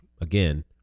again